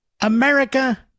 America